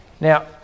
now